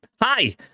Hi